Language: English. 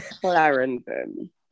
Clarendon